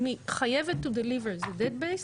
אם היא חייבת to deliver זה debt based,